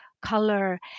color